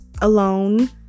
alone